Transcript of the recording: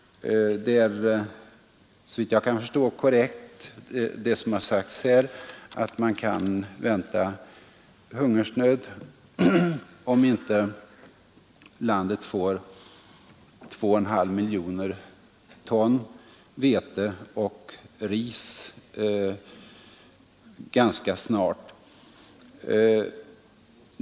Såvitt jag kan förstå är det korrekt som har sagts här, att man kan befara hungersnöd om inte landet snart får 2,5 miljoner ton vete och ris.